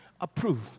approved